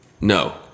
no